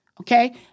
Okay